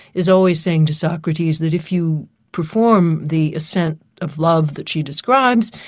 is always saying to socrates that if you perform the ascent of love that she describes,